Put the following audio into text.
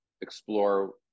explore